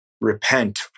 repent